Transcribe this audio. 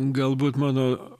galbūt mano